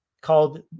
called